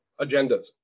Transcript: agendas